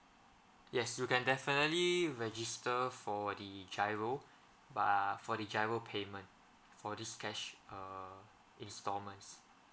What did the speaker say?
yes you can definitely register for the giro but for the giro payment for this cash uh installments